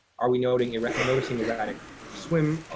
are we noticing erratic noticing erratic swim,